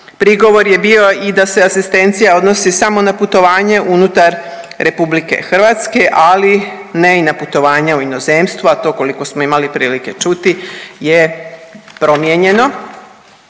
Prigovor je bio i da se asistencija odnosi samo na putovanje unutar Republike Hrvatske, ali ne i na putovanje u inozemstvo, a to koliko smo imali prilike čuti je promijenjen.